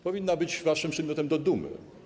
Powinna być waszym przedmiotem dumy.